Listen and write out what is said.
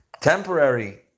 temporary